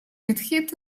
підхід